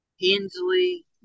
Hensley